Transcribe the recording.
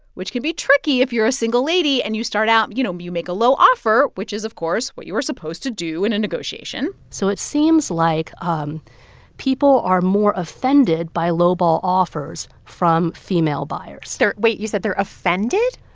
which can be tricky if you're a single lady and you start out you know, you make a low offer, which is, of course, what you are supposed to do in a negotiation so it seems like um people are more offended by lowball offers from female buyers they're wait. you said they're offended?